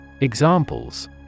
Examples